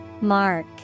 Mark